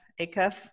Acuff